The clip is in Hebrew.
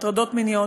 הטרדות מיניות,